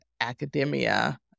academia